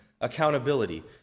accountability